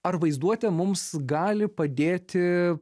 ar vaizduotė mums gali padėti